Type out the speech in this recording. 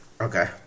okay